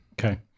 Okay